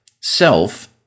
Self